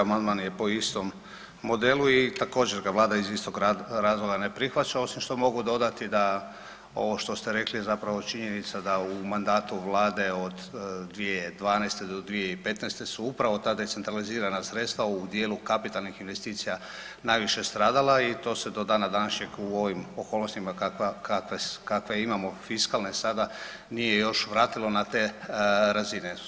I ovaj 151. amandman je po istom modelu i također ga vlada iz istog razlog ne prihvaća osim što mogu dodati da ovo što ste rekli je zapravo činjenica da u mandatu vlade od 2012. do 2015. su upravo ta decentralizirana sredstva u dijelu kapitalnih investicija najviše stradala i to se do dana današnjeg u ovim okolnostima kakva, kakve, kakve imamo fiskalne sada nije još vratilo na te razine.